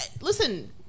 listen